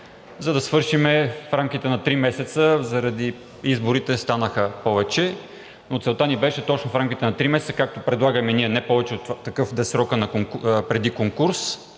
за да свършим в рамките на три месеца – заради изборите станаха повече. Целта ни беше точно в рамките на три месеца, както предлагаме ние – не повече от това, такъв да е срокът преди конкурс